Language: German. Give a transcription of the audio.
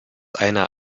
einer